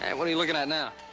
and what are you looking at now?